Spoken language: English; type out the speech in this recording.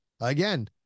again